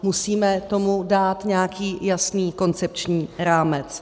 Musíme tomu dát nějaký jasný koncepční rámec.